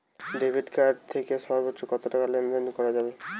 Debit card থেকে সর্বোচ্চ কত টাকা লেনদেন করা যাবে?